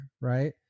Right